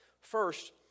First